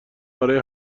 برای